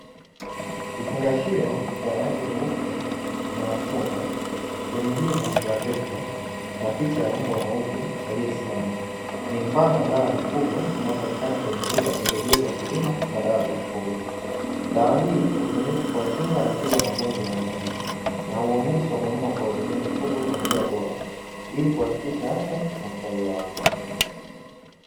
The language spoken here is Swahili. Kifungashio cha rangi nyeupe na machungwa, chenye jina la "bravector" na picha ya mbwa mweupe aliyesimama, ni mfano wa dawa ya mifugo inayopatikana kwenye maduka ya pembejeo za kilimo na dawa za mifugo. Dawa hii hutumika kwa kinga na tiba ya magonjwa ya wanyama na huonyesha umuhimu wa kuwahudumia mifugo kwa njia bora, ili kuhakikisha afya na ustawi wao.